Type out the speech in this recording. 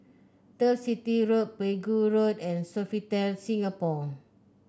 Turf City Road Pegu Road and Sofitel Singapore